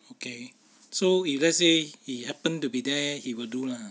okay so if let's say he happened to be there he will do lah